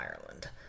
Ireland